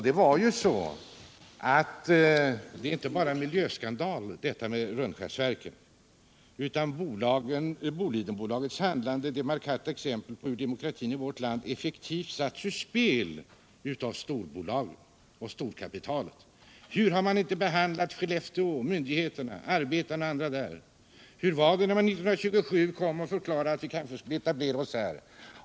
Detta med Rönnskärsverken är inte bara en miljöskandal, utan Bolidenbolagets handlande blev det markanta exemplet på hur demokratin i vårt land effektivt sattes ur spel av storbolagen och storkapitalet. Hur har man inte behandlat Skellefteå, myndigheterna och arbetarna där? Hur var det när man 1927 kom och förklarade att man kanske skulle etablera sig där?